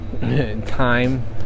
time